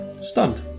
stunned